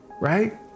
Right